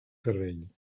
terreny